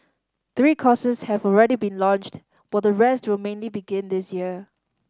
three courses have already been launched while the rest will mainly begin this year